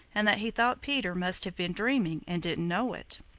and that he thought peter must have been dreaming and didn't know it.